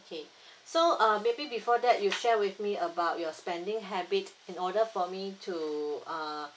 okay so err maybe before that you share with me about your spending habits in order for me to err